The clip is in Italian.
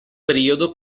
periodo